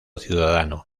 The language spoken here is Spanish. ciudadano